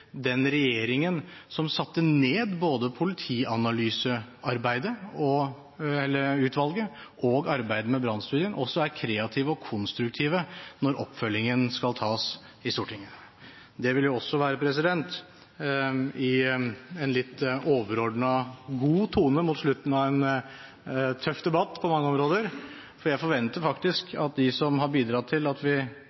den regjeringen som satte ned både Politianalyseutvalget og arbeidet med Brannstudien, også er kreative og konstruktive når oppfølgingen skal tas i Stortinget. Det vil jo også være i en litt overordnet god tone mot slutten av en tøff debatt på mange områder, for jeg forventer faktisk